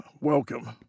welcome